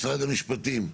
משרד המשפטים,